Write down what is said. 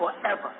forever